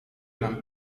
nam